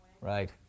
Right